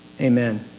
Amen